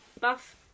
Buff